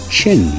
Chin